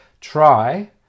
try